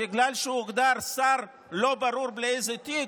בגלל שהוא הוגדר שר לא ברור בלי איזה תיק,